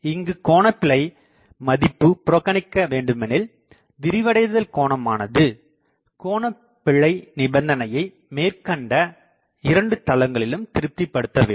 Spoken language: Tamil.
இங்குக் கோணபிழை மதிப்பு புறக்கணிக்க வேண்டுமெனில் விரிவடைதல் கோணமானதுகோணபிழை நிபந்தனையை மேற்கண்ட இரண்டு தளங்களிலும் திருப்திப்படுத்த வேண்டும்